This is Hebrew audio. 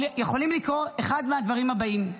יכול לקרות אחד מהדברים הבאים: